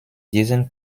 diesen